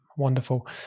Wonderful